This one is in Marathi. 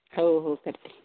हो हो करते